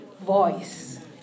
voice